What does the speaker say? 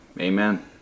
amen